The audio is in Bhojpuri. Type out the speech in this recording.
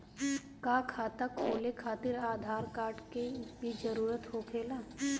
का खाता खोले खातिर आधार कार्ड के भी जरूरत होखेला?